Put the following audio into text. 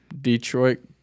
Detroit